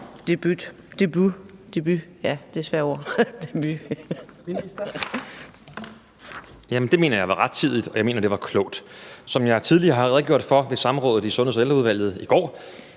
(Magnus Heunicke): Det mener jeg var rettidigt, og jeg mener, det var klogt. Som jeg har redegjort for ved samrådet i Sundheds- og Ældreudvalget i går